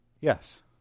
Yes